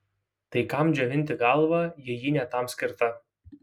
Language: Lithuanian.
tai kam džiovinti galvą jei ji ne tam skirta